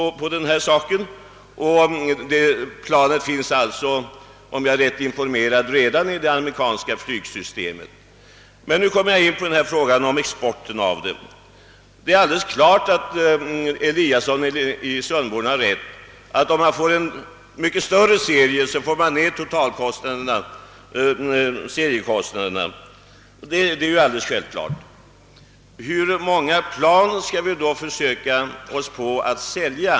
Om jag är rätt informerad lär planet redan finnas i det amerikanska flygvapnet. Jag kommer nu in på frågan om export av Viggen. Det är alldeles klart att herr Eliasson i Sundborn har rätt när han säger att om man tillverkar en mycket större serie så nedbringar man kostnaden per plan. Det är ju alldeles självklart. Hur många plan skall vi då försöka oss på att sälja?